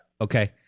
Okay